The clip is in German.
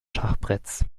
schachbretts